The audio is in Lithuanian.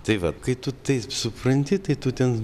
tai va kai tu tai supranti tai tu ten